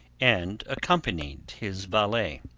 and accompanied his valet.